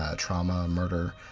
ah trauma, murder,